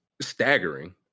staggering